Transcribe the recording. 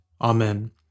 Amen